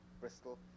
Bristol